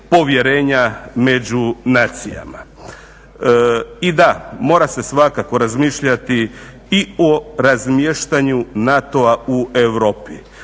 povjerenja među nacijama. I da, mora se svakako razmišljati i o razmještanju NATO-a u Europi